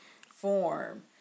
form